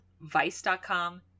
Vice.com